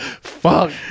Fuck